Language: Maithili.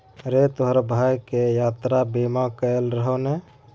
रे तोहर भायक यात्रा बीमा कएल रहौ ने?